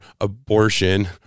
abortion